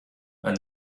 and